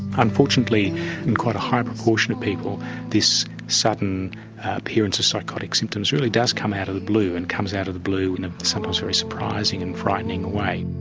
unfortunately in quite a high proportion of people this sudden appearance of psychotic symptoms really does come out of the blue and comes out of the blue in a sometimes very surprising and frightening way